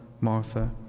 Martha